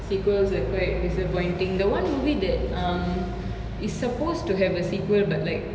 sequels are quite disappointing the one movie that um is supposed to have a sequel but like